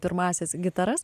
pirmąsias gitaras